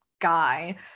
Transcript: guy